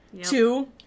Two